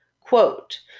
quote